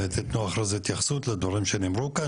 תיתנו אחרי זה התייחסות לדברים שנאמרו כאן,